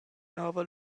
nova